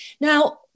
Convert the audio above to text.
now